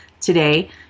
today